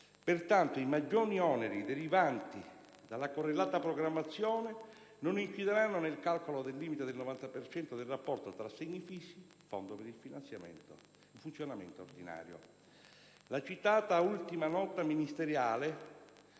Pertanto, i maggiori oneri derivanti dalla correlata programmazione non incideranno nel calcolo del limite del 90 per cento del rapporto tra assegni fissi e Fondo di finanziamento ordinario". La citata, ultima nota ministeriale